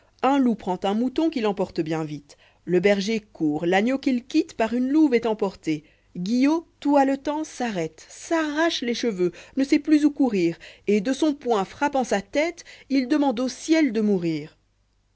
un loup prend un mouton qu'il emporte bien vite le berger court l'agneau qu'il quitte par une louve est emporté guillot tout haletant s'arrête s'arrache les cheveux ne sait plus où courir et de son poing frappant sa tête il demande au ciel de mourir